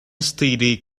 std